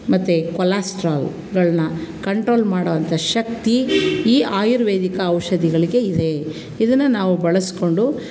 ಮತ್ತು ಕೊಲಾಸ್ಟ್ರಲ್ಗಳ್ನ ಕಂಟ್ರೋಲ್ ಮಾಡುವಂಥ ಶಕ್ತಿ ಈ ಆಯುರ್ವೇದಿಕ ಔಷಧಿಗಳಿಗೆ ಇದೆ ಇದನ್ನು ನಾವು ಬಳಸಿಕೊಂಡು